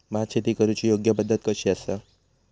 भात शेती करुची योग्य पद्धत कशी आसा?